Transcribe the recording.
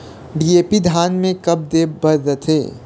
DAP धान मे कब दे बर रथे?